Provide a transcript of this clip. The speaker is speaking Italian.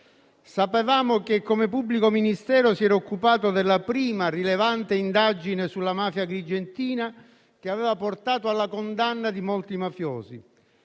Sapevamo che come pubblico ministero si era occupato della prima rilevante indagine sulla mafia agrigentina che aveva portato alla condanna di molti mafiosi.